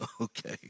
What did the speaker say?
okay